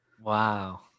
wow